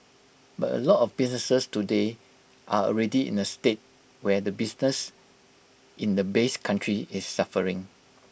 but A lot of businesses today are already in A state where the business in the base country is suffering